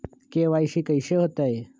KYC कैसे होतई?